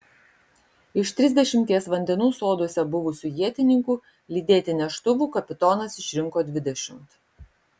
iš trisdešimties vandenų soduose buvusių ietininkų lydėti neštuvų kapitonas išrinko dvidešimt